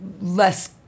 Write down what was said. less